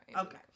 Okay